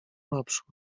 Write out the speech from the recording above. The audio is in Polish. naprzód